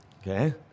okay